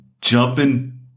Jumping